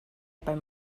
beim